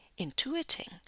intuiting